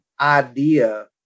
idea